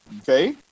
okay